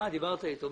דיברתי איתו הבוקר.